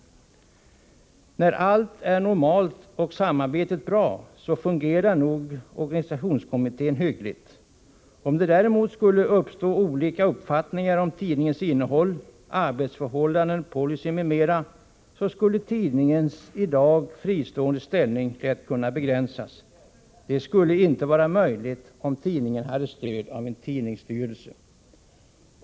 När allt är normalt och samarbetet bra fungerar nog organisationskommittén hyggligt. Om det däremot skulle uppstå olika uppfattningar om tidningens innehåll, arbetsförhållanden, policy m.m. skulle den frihet som tidningen i dag har lätt kunna begränsas. Det skulle inte vara möjligt om tidningen hade stöd av en tidningsstyrelse.